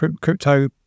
crypto